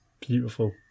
Beautiful